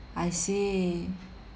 I see